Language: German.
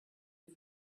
die